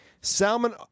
Salmon